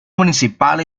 municipal